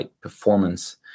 performance